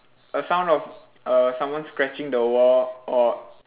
a sound of someone err scratching the wall or